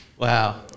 Wow